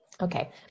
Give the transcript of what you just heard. Okay